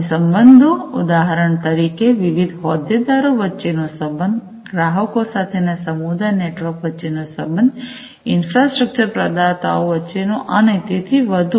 અને સંબંધો સંબંધો ઉદાહરણ તરીકે વિવિધ હોદ્દેદારો વચ્ચે નો સબંધ ગ્રાહકો સાથેના સમુદાય નેટવર્ક વચ્ચેનો સંબંધ ઈન્ફ્રાસ્ટ્રક્ચર પ્રદાતાઓ વચ્ચેનો અને તેથી વધુ